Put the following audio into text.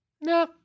No